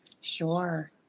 Sure